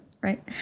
Right